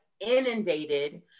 inundated